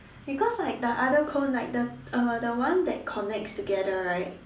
because like the other cone like the uh the one that connects together right